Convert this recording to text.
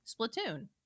Splatoon